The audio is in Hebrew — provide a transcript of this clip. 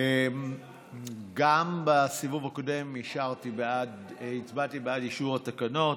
גם בסיבוב הקודם הצבעתי בעד אישור התקנות